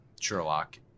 Sherlock